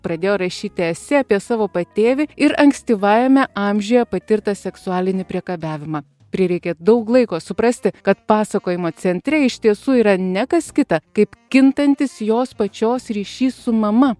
pradėjo rašyti esė apie savo patėvį ir ankstyvajame amžiuje patirtą seksualinį priekabiavimą prireikė daug laiko suprasti kad pasakojimo centre iš tiesų yra ne kas kita kaip kintantis jos pačios ryšys su mama